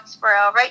right